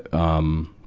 um,